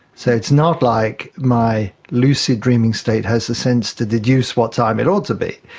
so it's not like my lucid dreaming state has the sense to deduce what time it ought to be,